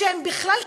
שהם בכלל קטינים,